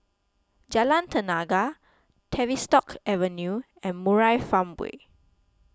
Jalan Tenaga Tavistock Avenue and Murai Farmway